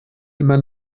immer